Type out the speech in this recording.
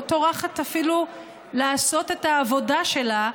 לא טורחת אפילו לעשות את העבודה שלה,